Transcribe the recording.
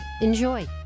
Enjoy